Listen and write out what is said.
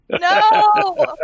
No